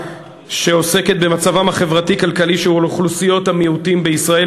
שעוסקת במצבן הכלכלי-חברתי של אוכלוסיות המיעוטים בישראל,